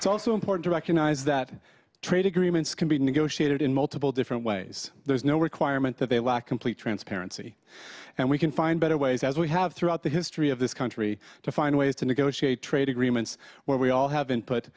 it's also important to recognize that trade agreements can be negotiated in multiple different ways there's no requirement that they lack complete transparency and we can find better ways as we have throughout the history of this country to find ways to negotiate trade agreements where we all have input